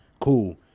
Cool